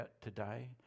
today